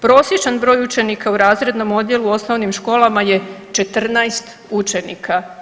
Prosječan broj učenika u razrednom odjelu u osnovnim školama je 14 učenika.